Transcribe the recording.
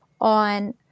on